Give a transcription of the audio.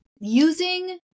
using